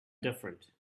different